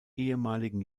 ehemaligen